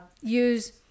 use